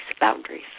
boundaries